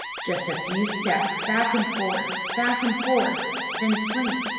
just a few steps back and forth, back and forth then sleep.